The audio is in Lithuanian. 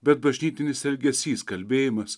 bet bažnytinis elgesys kalbėjimas